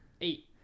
Eight